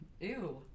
Ew